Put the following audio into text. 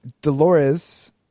Dolores